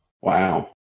Wow